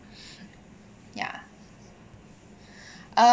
ya